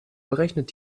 berechnet